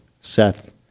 seth